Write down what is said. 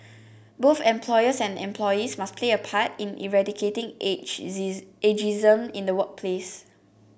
both employers and employees must play their part in eradicating age this ageism in the workplace